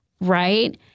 right